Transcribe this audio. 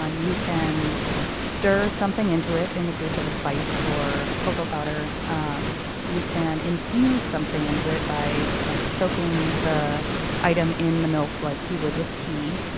um you can stir something into it, in the case of a spice or a cocoa powder. um you can infuse something into it by like soaking the item in the milk, like you would with tea,